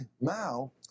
Mao